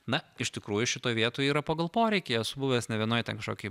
na iš tikrųjų šitoj vietoj yra pagal poreikį esu buvęs ne vienoj ten kažkokioj